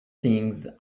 things